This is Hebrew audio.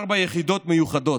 ארבע יחידות מיוחדות,